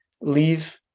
Leave